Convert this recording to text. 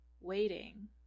waiting